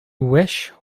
wish